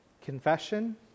confession